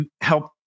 help